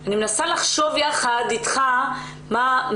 אני מזכיר לכולם,